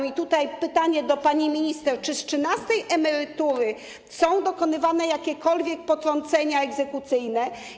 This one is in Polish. I tutaj mam pytanie do pani minister: Czy z trzynastej emerytury są dokonywane jakiekolwiek potrącenia egzekucyjne?